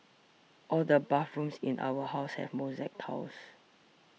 all the bathrooms in our house have mosaic tiles